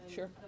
Sure